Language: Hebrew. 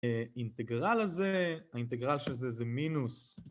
אינטגרל הזה, האינטגרל של זה זה מינוס